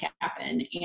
happen